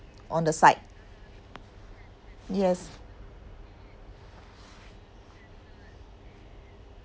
on the side yes